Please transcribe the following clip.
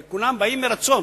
הרי כולם באים מרצון,